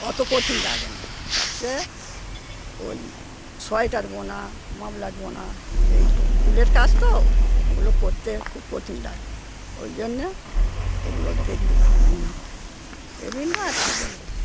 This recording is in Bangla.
অতো কঠিন লাগে না সবচেয়ে ওই সোয়েটার বোনা মাফলার বোনা এইগুলো উলের কাজ তো ওগুলো করতে খুব কঠিন লাগে ওই জন্যে ওগুলো দেরি মনে হয় এ ভিন্ন আর কি বলবো